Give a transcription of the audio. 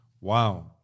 Wow